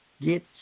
get